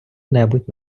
небудь